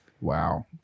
Wow